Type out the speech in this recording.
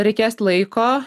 reikės laiko